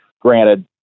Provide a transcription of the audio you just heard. Granted